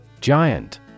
Giant